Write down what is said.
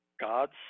God's